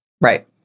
Right